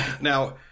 Now